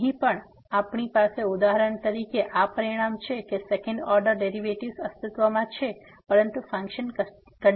તેથી અહીં પણ આપણી પાસે ઉદાહરણ તરીકે આ પરિણામ છે કે સેકન્ડ ઓર્ડર ડેરિવેટિવ્ઝ અસ્તિત્વમાં છે પરંતુ ફંક્શન કંટીન્યુઅસ નથી